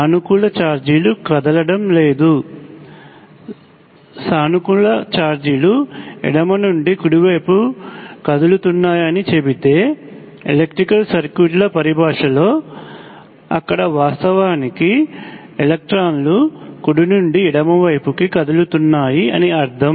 సానుకూల ఛార్జీలు కదలడం లేదు సానుకూల ఛార్జ్ లు ఎడమ నుండి కుడి వైపు కి కదులుతున్నాయి అని చెబితే ఎలక్ట్రికల్ సర్క్యూట్ ల పరిభాషలో అక్కడ వాస్తవానికి ఎలెక్ట్రాన్లు కుడి నుండి ఎడమ వైపుకి కదులుతున్నాయి అని అర్ధం